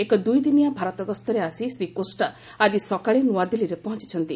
ଏକ ଦୁଇଦିନିଆ ଭାରତ ଗସ୍ତରେ ଆସି ଶ୍ରୀ କୋଷ୍ଟା ଆଜି ସକାଳେ ନ୍ତଆଦିଲ୍ଲୀରେ ପହଞ୍ଚିଛନ୍ତି